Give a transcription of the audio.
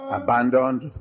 abandoned